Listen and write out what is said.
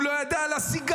הוא לא ידע על הסיגרים.